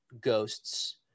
ghosts